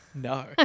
no